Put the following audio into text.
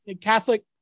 Catholic